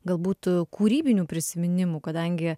galbūt kūrybinių prisiminimų kadangi